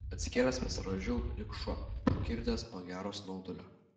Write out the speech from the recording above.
atsikėlęs pasirąžiau lyg šuo pakirdęs po gero snaudulio